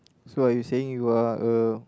so like you saying you are a